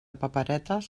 paperetes